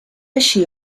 així